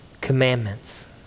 commandments